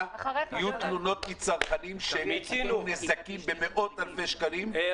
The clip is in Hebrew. יהיו תלונות מצרכנים שיצאו עם נזקים במאות אלפי שקלים,